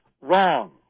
wrong